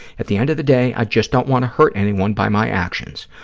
at the end of the day, i just don't want to hurt anyone by my actions.